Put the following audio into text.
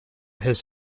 his